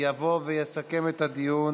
יבוא ויסכם את הדיון